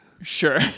Sure